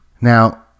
Now